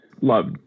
love